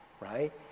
right